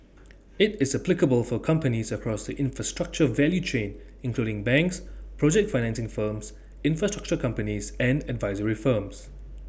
IT is applicable for companies across the infrastructure value chain including banks project financing firms infrastructure companies and advisory firms